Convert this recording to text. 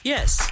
Yes